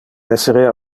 esserea